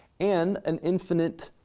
and an infinite